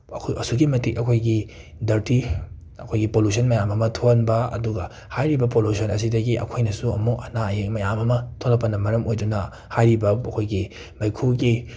ꯑꯈꯨ ꯑꯁꯨꯛꯀꯤ ꯃꯇꯤꯛ ꯑꯩꯈꯣꯏꯒꯤ ꯗꯔꯇꯤ ꯑꯩꯈꯣꯏꯒꯤ ꯄꯣꯜꯂꯨꯁꯟ ꯃꯌꯥꯝ ꯑꯃ ꯊꯣꯛꯍꯟꯕ ꯑꯗꯨꯒ ꯍꯥꯏꯔꯤꯕ ꯄꯣꯜꯂꯨꯁꯟ ꯑꯁꯤꯗꯒꯤ ꯑꯩꯈꯣꯏꯅꯁꯨ ꯑꯃꯨꯛ ꯑꯅꯥ ꯑꯌꯦꯛ ꯃꯌꯥꯝ ꯑꯃ ꯊꯣꯛꯂꯛꯄꯅ ꯃꯔꯝ ꯑꯣꯏꯗꯨꯅ ꯍꯥꯏꯔꯤꯕ ꯕꯣ ꯑꯩꯈꯣꯏꯒꯤ ꯃꯩꯈꯨꯒꯤ